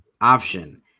option